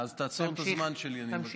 אז תעצור את הזמן שלי, אני מבקש.